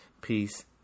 Peace